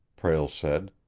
prale said.